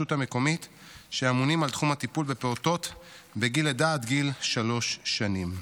המקומית שאמונים על תחום הטיפול הפעוטות בגיל לידה עד גיל שלוש שנים.